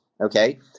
Okay